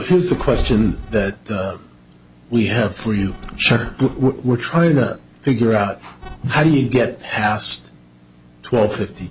here's the question that we have for you sure we're trying to figure out how you get past twelve fifty